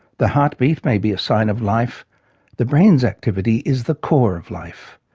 the heartbeat may be a sign of life the brain's activity is the core of life.